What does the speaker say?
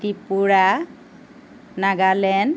Tripura Nagaland